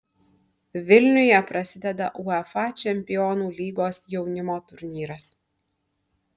vilniuje prasideda uefa čempionų lygos jaunimo turnyras